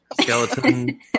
skeleton